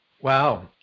wow